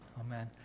Amen